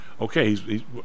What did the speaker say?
okay